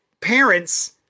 parents